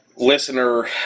Listener